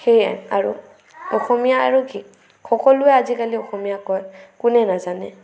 সেয়ে আৰু অসমীয়া আৰু কি সকলোৱে আজিকালি অসমীয়া কয় কোনে নাজানে